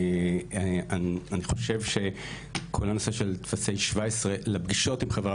אני חושב שכל הנושא של טפסי 17 לפגישות עם חברי